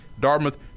Dartmouth